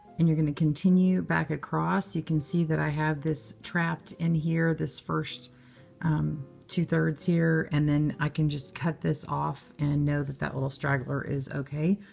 and you're going to continue back across. you can see that i have this trapped in here, this first two-thirds here, and then i can just cut this off and know that that little straggler is ok.